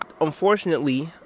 Unfortunately